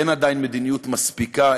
אין עדיין מדיניות מספיקה,